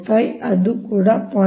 75 ಅದು ಕೂಡ 0